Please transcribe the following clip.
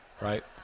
right